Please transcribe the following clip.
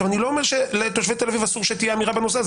אני לא אומר שאסור לתושבי תל אביב שתהיה אמירה בנושא הזה.